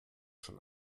schon